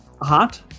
hot